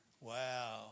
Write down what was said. Wow